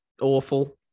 Awful